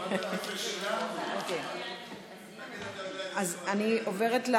הוא יודע, אני קוראת את